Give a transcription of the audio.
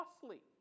costly